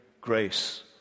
grace